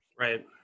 Right